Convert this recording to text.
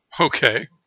Okay